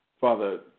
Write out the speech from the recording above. Father